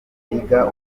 biga